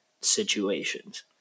situations